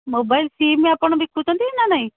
mobile SIM ଆପଣ ବିକୁଛନ୍ତି ନା ନାହିଁ